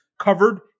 covered